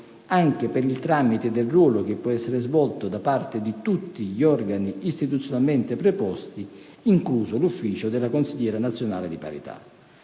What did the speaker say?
anche per il tramite del ruolo che può essere svolto da parte di tutti gli organi istituzionalmente preposti, incluso l'ufficio della consigliera nazionale di parità.